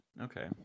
Okay